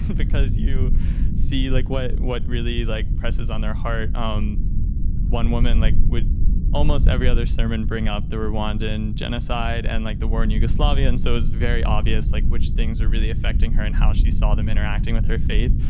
because you see, like what what really like presses on their heart. one woman like would almost every other sermon bring up the rwandan genocide and like the war in yugoslavia, and so it's very obvious like which things are really affecting her and how she saw them interacting with her faith.